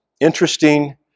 interesting